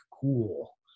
cool